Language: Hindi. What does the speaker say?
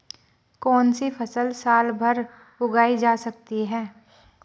कौनसी फसल साल भर उगाई जा सकती है?